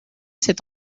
cette